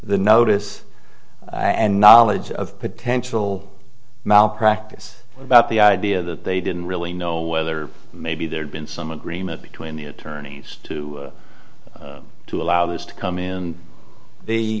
the notice and knowledge of potential malpractise about the idea that they didn't really know whether maybe there'd been some agreement between the attorneys to to allow this to come in the